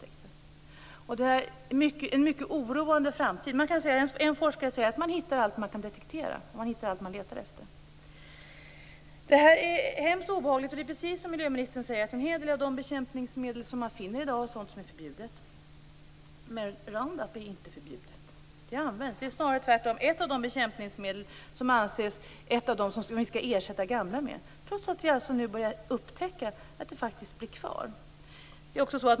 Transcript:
Framtiden är mycket oroande. En forskare säger att man hittar allt man kan detektera. Man hittar allt man letar efter. Det här är hemskt obehagligt. Det är precis som miljöministern säger att en hel del av de bekämpningsmedel man finner i dag är sådant som är förbjudet. Men Roundup är inte förbjudet. Det används. Det är snarare ett av de bekämpningsmedel som det anses att vi skall ersätta gamla med, trots att vi nu börjar upptäcka att det faktiskt blir kvar.